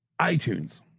iTunes